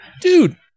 Dude